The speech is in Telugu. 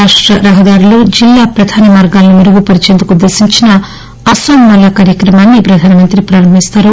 రాష్ట రహదార్లు జిల్లా ప్రధాన మార్గాలను మెరుగుపరిచేందుకు ఉద్దేశించిన అన్సోం మాల కార్యక్రమాన్సి ప్రధానమంత్రి ప్రారంభిస్తారు